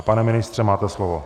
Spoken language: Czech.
Pane ministře, máte slovo.